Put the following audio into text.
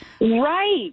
right